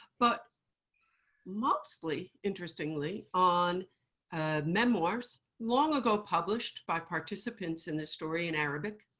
but mostly, interestingly, on memoirs long ago published by participants in this story in arabic.